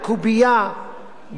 לקובייה,